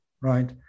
right